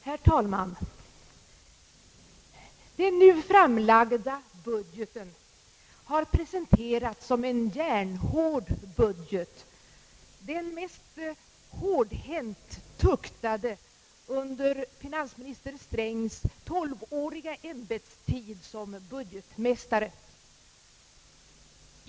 Herr talman! Den nu framlagda budgeten har presenterats som en järnhård budget, den mest hårdhänt tuktade under finansminister Strängs tolvåriga ämbetstid som budgetmästare.